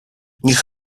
niech